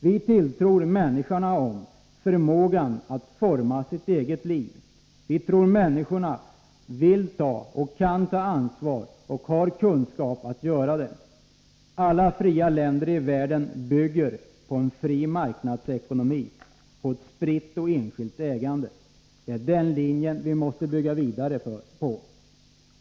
Vi tilltror människorna förmåga att forma sina egna liv. Vi tror att människorna vill ta ansvar och har kunskap för att göra det. Alla fria länder i världen bygger på en fri marknadsekonomi, på ett spritt enskilt ägande. Det är den linjen vi måste bygga vidare på.